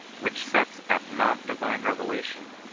which sets at nought divine revelation,